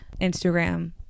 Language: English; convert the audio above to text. Instagram